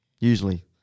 Usually